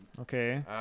Okay